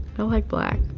i like black.